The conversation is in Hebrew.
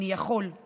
אני יכול /